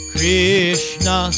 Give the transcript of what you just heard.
Krishna